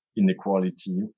inequality